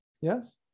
Yes